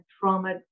trauma